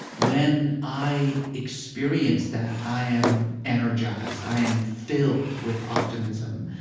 when i experience that, i am energized. i am filled with optimism.